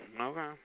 Okay